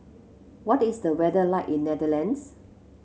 what is the weather like in Netherlands